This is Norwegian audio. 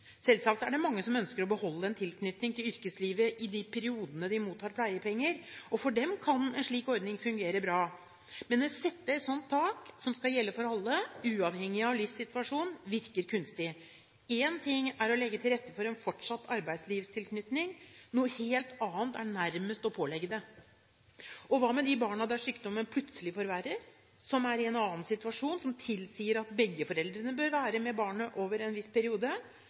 Selvsagt er det mange som ønsker å beholde en tilknytning til yrkeslivet i de periodene de mottar pleiepenger, og for dem kan en slik ordning fungere bra. Men å sette et slikt tak som skal gjelde for alle, uavhengig av livssituasjon, virker kunstig. Én ting er å legge til rette for en fortsatt arbeidslivstilknytning, noe helt annet er nærmest å pålegge det. Hva med de barna der sykdommen plutselig forverres, eller som er i en annen situasjon som tilsier at begge foreldrene bør være sammen med barnet over en viss periode?